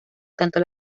tanto